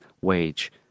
wage